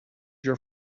your